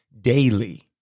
daily